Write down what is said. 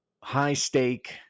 high-stake